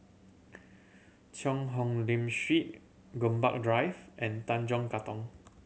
Cheang Hong Lim Street Gombak Drive and Tanjong Katong